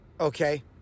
okay